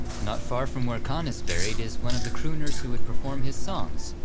not far from where cahn is buried is one of the crooners who would perform his songs,